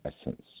essence